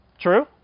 True